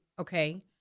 Okay